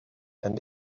and